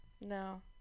No